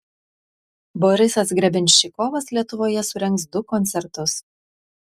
borisas grebenščikovas lietuvoje surengs du koncertus